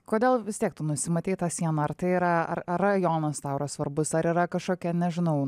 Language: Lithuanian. kodėl vis tiek tu nusimatei tą sieną ar tai yra ar rajonas tau yra svarbus ar yra kažkokia nežinau